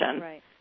Right